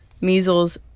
measles